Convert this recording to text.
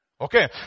Okay